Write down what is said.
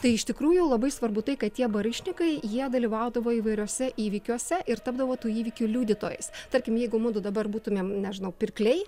tai iš tikrųjų labai svarbu tai kad tie baryšnikai jie dalyvaudavo įvairiuose įvykiuose ir tapdavo tų įvykių liudytojais tarkim jeigu mudu dabar būtumėm nežinau pirkliai